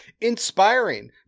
inspiring